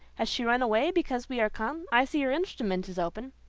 has she run away because we are come? i see her instrument is open.